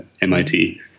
MIT